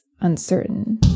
uncertain